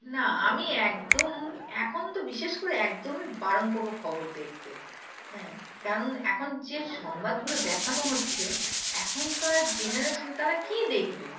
না আমি একদম এখন তো বিশেষ করে একদমই বারণ করবো খবর দেখতে হ্যাঁ কারণ এখন যে সংবাদগুলো দেখানো হচ্ছে এখনকার জেনারেশন তারা কী দেখবে